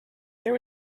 there